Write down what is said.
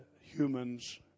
humans